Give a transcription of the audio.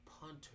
punter